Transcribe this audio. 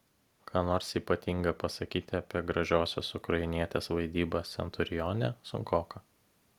ką nors ypatinga pasakyti apie gražiosios ukrainietės vaidybą centurione sunkoka